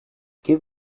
give